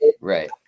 Right